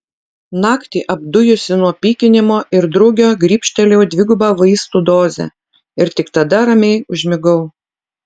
naktį apdujusi nuo pykinimo ir drugio grybštelėjau dvigubą vaistų dozę ir tik tada ramiai užmigau